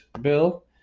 bill